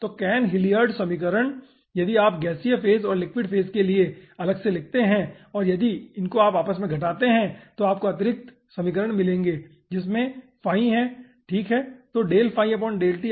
तो Cahn Hilliard समीकरण यदि आप गैसीय फेज और लिक्विड फेज के लिए अलग से लिखते हैं और यदि इनको आपस में घटाते हैं तो आपको अतिरिक्त समीकरण मिलेंगे जिनमे Ø है ठीक है